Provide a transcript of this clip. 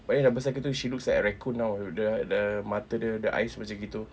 oh ya pasal lagi satu she looks like a raccoon [tau] the mata dia the eyes macam itu